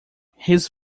his